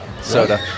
Soda